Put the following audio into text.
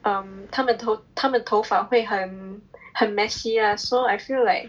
err 他们头他们头发会很很 messy lah so I feel like